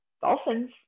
dolphins